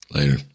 Later